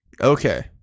Okay